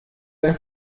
ein